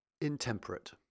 Intemperate